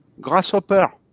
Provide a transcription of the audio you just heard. grasshopper